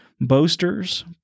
boasters